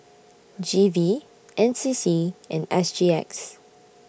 G V N C C and S G X